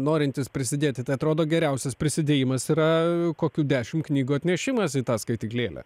norintys prisidėti tai atrodo geriausias prisidėjimas yra kokių dešim knygų atnešimas į tą skaityklėlę